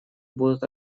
будут